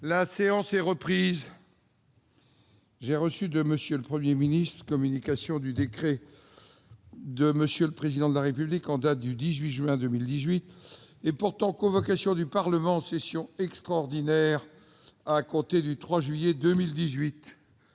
La séance est reprise. J'ai reçu de M. le Premier ministre communication du décret de M. le Président de la République en date du 18 juin 2018 portant convocation du Parlement en session extraordinaire à compter du 3 juillet 2018.